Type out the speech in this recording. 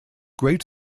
great